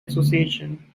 association